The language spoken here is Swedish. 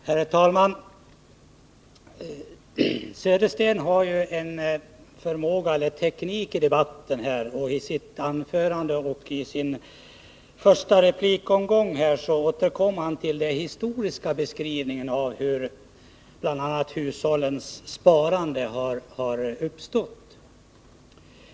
Herr talman! Bo Södersten har en viss teknik i debatten. I sitt anförande gav han och i sin första replikomgång återkom han till den historiska beskrivningen av hur bl.a. hushållens sparande har uppstått.